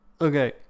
Okay